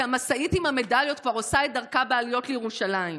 כי המשאית עם המדליות כבר עושה את דרכה בעליות לירושלים,